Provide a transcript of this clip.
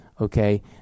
okay